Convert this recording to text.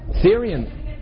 Syrian